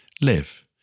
live